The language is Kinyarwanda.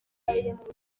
karenge